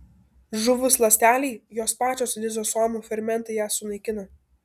žuvus ląstelei jos pačios lizosomų fermentai ją sunaikina